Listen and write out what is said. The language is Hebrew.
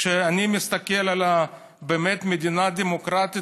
כשאני מסתכל על מדינה דמוקרטית,